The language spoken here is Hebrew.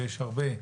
ויש הרבה,